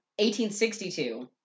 1862